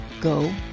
go